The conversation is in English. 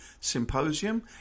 Symposium